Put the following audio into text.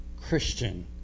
Christian